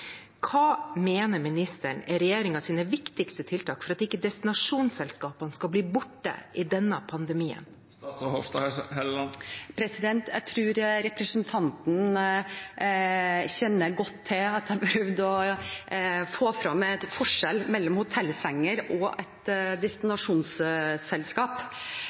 Hva mener ministeren er regjeringens viktigste tiltak for at ikke destinasjonsselskapene skal bli borte i denne pandemien? Jeg tror representanten skjønte godt at jeg prøvde å få fram forskjellen mellom hotellsenger og et